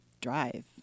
drive